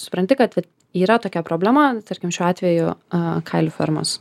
supranti kad vat yra tokia problema tarkim šiuo atveju a kailių fermos